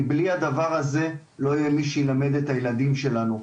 כי בלי הדבר הזה לא יהיה מי שילמד את הילדים שלנו.